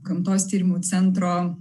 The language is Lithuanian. gamtos tyrimų centro